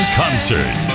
concert